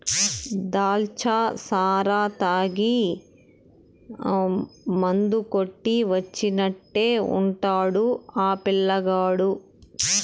దాచ్చా సారా తాగి మందు కొట్టి వచ్చినట్టే ఉండాడు ఆ పిల్లగాడు